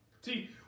See